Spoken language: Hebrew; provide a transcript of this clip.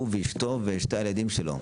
הוא ואשתו ושני הילדים שלו,